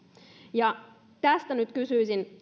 tästä nyt kysyisin